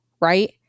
right